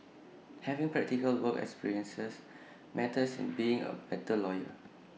having practical work experiences matters in being A better lawyer